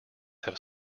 have